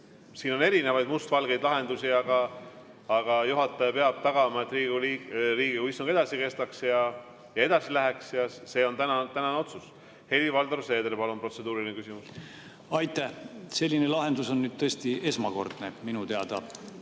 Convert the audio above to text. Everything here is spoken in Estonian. siin on erinevaid mustvalgeid lahendusi, aga juhataja peab tagama, et Riigikogu istung edasi läheks ja see on tänane otsus. Helir-Valdor Seeder, palun, protseduuriline küsimus! Aitäh! Selline lahendus on tõesti esmakordne minu teada